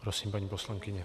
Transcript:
Prosím, paní poslankyně.